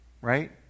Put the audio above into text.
right